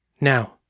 Now